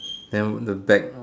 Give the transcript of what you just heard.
then the back